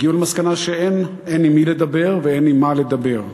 הגיעו למסקנה שאין עם מי לדבר ואין עם מה לדבר.